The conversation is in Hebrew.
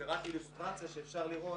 זו אילוסטרציה שאפשר לראות.